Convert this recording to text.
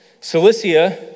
Cilicia